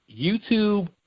YouTube